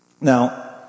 Now